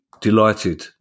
delighted